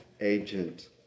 agent